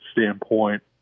standpoint